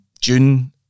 June